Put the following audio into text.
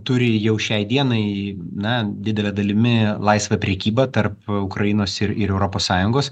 turi jau šiai dienai na didele dalimi laisvą prekybą tarp ukrainos ir ir europos sąjungos